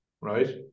right